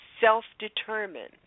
self-determined